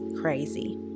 crazy